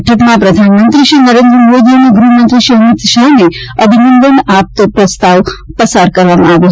બેઠકમાં પ્રધાનમંત્રીશ્રી નરેન્દ્ર મોદી અને ગ્રહમંત્રીશ્રી અમીત શાહને અભિનંદન આપતો પ્રસ્તાવ પસાર કરવામાં આવ્યો હતો